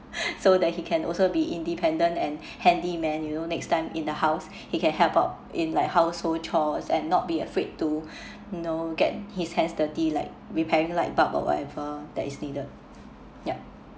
so that he can also be independent and handy man you know next time in the house he can help out in like household chores and not be afraid to know get his hands dirty like repairing light bulb or whatever that is needed yup